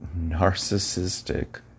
narcissistic